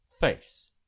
face